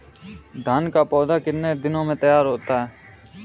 धान का पौधा कितने दिनों में तैयार होता है?